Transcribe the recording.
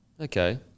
Okay